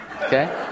Okay